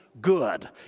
good